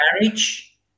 marriage